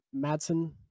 Madsen